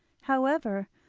however,